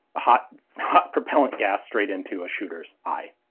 hot hot propellant gas straight into a shooter's eye.